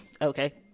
okay